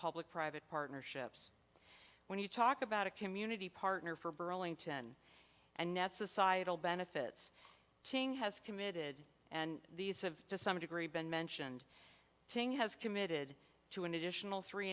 public private partnerships when you talk about a community partner for burlington and net societal benefits ting has committed and these of to some degree been mentioned ting has committed to an additional three